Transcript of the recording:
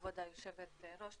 כבוד היושבת ראש,